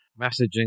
messaging